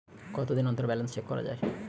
কতদিন অন্তর balance check করা য়ায়?